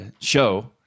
show